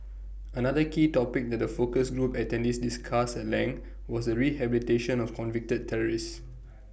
another key topic that the focus group attendees discussed at length was the rehabilitation of convicted terrorists